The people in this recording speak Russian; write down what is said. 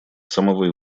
самого